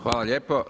Hvala lijepo.